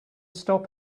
stop